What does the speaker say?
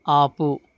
ఆపు